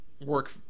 work